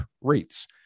rates